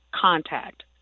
contact